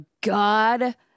God